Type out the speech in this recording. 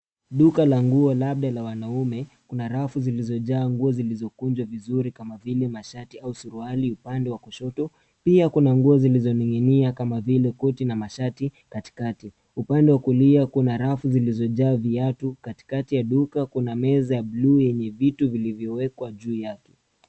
Duka la nguo labda la wanaume. Kuna rafu zilizojaa nguo zilizokunjwa vizuri kama vile mashati au suruali upande wa kushoto. Pia kuna nguo zilizoning'inia kama vile koti na mashati katikati. Upande wa kulia kuna rafu zilizojaa viatu. Katikati ya duka kuna meza ya blue yenye vitu vilivyowekwa juu yake.